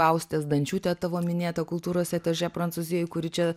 austė zdančiūtė tavo minėta kultūros atašė prancūzijoj kuri čia